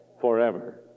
forever